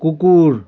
কুকুর